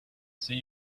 see